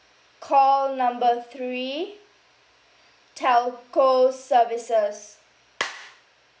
call number three telco services